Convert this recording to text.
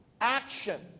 action